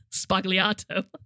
Spagliato